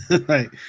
Right